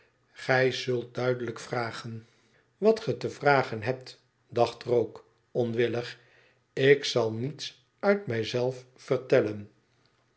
gij zult duidelijk vragen wat ge te vragen hebt dacht rogue onwillig ik zal niets uit